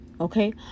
Okay